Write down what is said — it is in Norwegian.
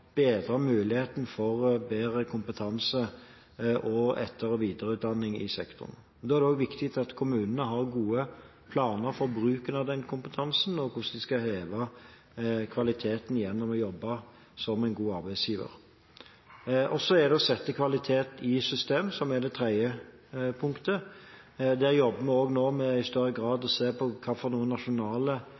bedre kompetansen og for etter- og videreutdanning i sektoren. Det er også viktig at kommunene har gode planer for bruken av denne kompetansen, og for hvordan de skal heve kvaliteten gjennom å jobbe som en god arbeidsgiver. Det tredje punktet dreier seg om å sette kvaliteten i system. Der jobber vi nå i større grad med å se på hvilke nasjonale indikatorer vi kan legge til grunn for